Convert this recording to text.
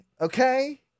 okay